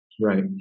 right